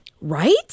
right